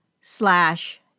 slash